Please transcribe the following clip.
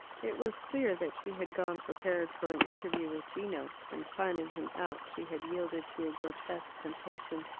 it was clear that she had gone prepared for an interview with gino, and finding him out, she had yielded to a grotesque temptation.